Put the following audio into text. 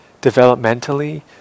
developmentally